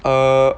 err